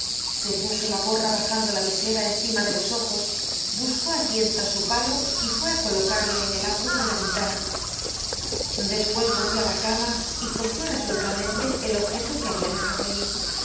se puso la gorra bajando la visera encima de los ojos buscó á tientas su palo y fué á colocarle en el ángulo de la ventana despues volvió á la cama y cogió resueltamente el objeto que habia dejado allí